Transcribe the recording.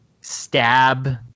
stab